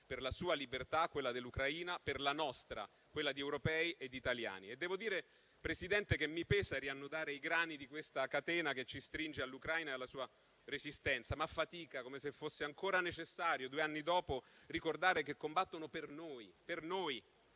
per la sua libertà, quella dell'Ucraina, e per la nostra, quella di europei e italiani. Devo dire, Presidente, che mi pesa riannodare i grani della catena che ci stringe all'Ucraina e alla sua resistenza, ma a fatica, come se fosse ancora necessario, due anni dopo, ricordare che combattono per noi, per noi.